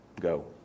Go